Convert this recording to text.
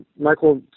Michael